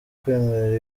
kwemerera